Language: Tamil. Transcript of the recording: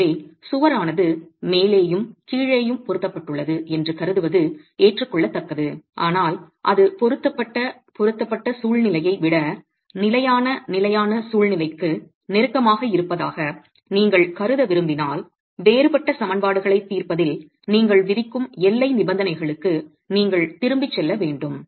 எனவே சுவர் ஆனது மேலேயும் கீழேயும் பொருத்தப்பட்டுள்ளது என்று கருதுவது ஏற்றுக்கொள்ளத்தக்கது ஆனால் அது பொருத்தப்பட்ட பொருத்தப்பட்ட சூழ்நிலையை விட நிலையான நிலையான சூழ்நிலைக்கு நெருக்கமாக இருப்பதாக நீங்கள் கருத விரும்பினால் வேறுபட்ட சமன்பாடுகளைத் தீர்ப்பதில் நீங்கள் விதிக்கும் எல்லை நிபந்தனைகளுக்கு நீங்கள் திரும்பிச் செல்ல வேண்டும்